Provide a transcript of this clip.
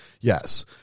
yes